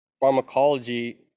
pharmacology